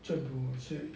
政府是